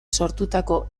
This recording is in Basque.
sortutako